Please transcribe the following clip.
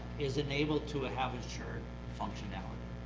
is enabled to have assured functionality.